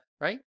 right